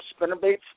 spinnerbaits